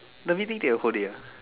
the meeting take the whole day ah